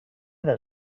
del